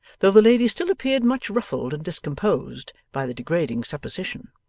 though the lady still appeared much ruffled and discomposed by the degrading supposition.